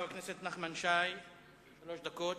חבר הכנסת נחמן שי, שלוש דקות.